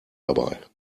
dabei